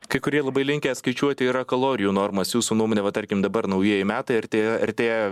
kai kurie labai linkę skaičiuoti yra kalorijų normas jūsų nuomone va tarkim dabar naujieji metai artėja artėja